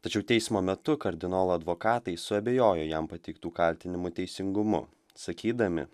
tačiau teismo metu kardinolo advokatai suabejojo jam pateiktų kaltinimų teisingumu sakydami